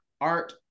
art